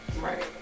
Right